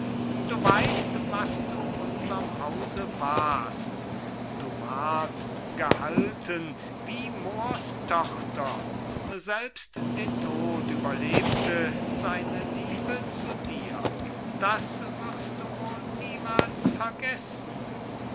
du weist was du unserm hause warst du wardst gehalten wie moors tochter selbst den tod überlebte seine liebe zu dir das wirst du wol niemals vergessen